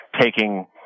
taking